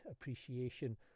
appreciation